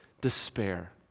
despair